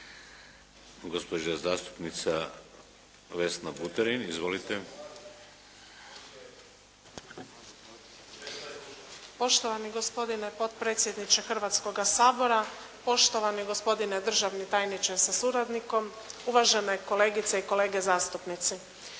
gospodine potpredsjedniče Hrvatskoga sabora, poštovani gospodine državni tajniče sa suradnikom, uvažene kolegice i kolege zastupnici.